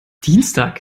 dienstag